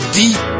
deep